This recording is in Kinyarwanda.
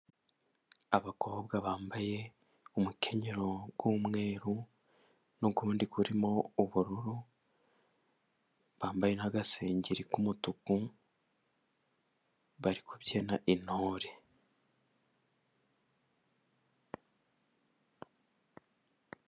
Abakobwa bambaye umukenyero w'umweru n'uwundi urimo ubururu, bambaye n'agasengeri k'umutuku bari kubyina intore.